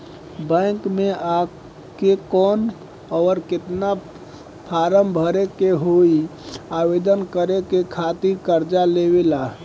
Bank मे आ के कौन और केतना फारम भरे के होयी आवेदन करे के खातिर कर्जा लेवे ला?